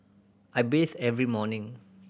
I bathe every morning